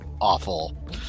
awful